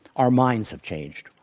our minds have changed.